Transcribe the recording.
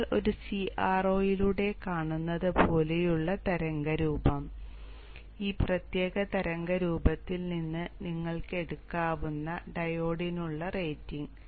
നിങ്ങൾ ഒരു CRO യിൽ കാണുന്നത് പോലെയുള്ള തരംഗ രൂപം ഈ പ്രത്യേക തരംഗ രൂപത്തിൽ നിന്ന് നിങ്ങൾക്ക് എടുക്കാവുന്ന ഡയോഡിനുള്ള റേറ്റിംഗ്